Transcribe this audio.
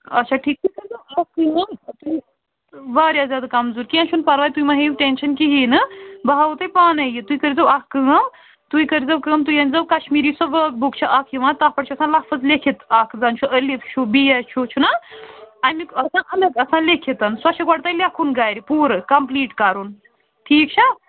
اَچھا ٹھیٖکھ تُہۍ کٔرۍزیٚو اَکھ کٲم تُہۍ واریاہ زیادٕ کمزور کیٚنٛہہ چھُ نہٕ پرواے تُہۍ مہٕ ہیٚیِو ٹٮ۪نٛشن کِہیٖنٛۍ نہٕ بہٕ ہاوو تۄہہِ پانے یہ تُہۍ کٔرۍزیٚو اَکھ کٲم تُہۍ کٔرۍزیٚو کٲم تُہۍ أنۍزیٚو کشمیٖری سۄ ؤرٕک بُک چھِ اَکھ یِوان تتھ پٮ۪ٹھ چھُ آسان لفٕظ لٮ۪کھِتھ اکھ زن چھُ ألِف چھُ بے چھُ چھُنا امیُک آسان الگ آسان لٮ۪کھِتھ سۄ چھِ گۄڈٕ تۄہہِ لٮ۪کُھن گَرٕ پوٗرٕ کمپُلیٖٹ کَرُن ٹھیٖک چھا